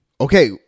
okay